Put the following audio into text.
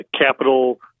capital